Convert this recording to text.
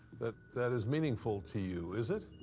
that that is meaningful to you. is it?